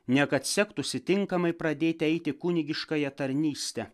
ne kad sektųsi tinkamai pradėti eiti kunigiškąją tarnystę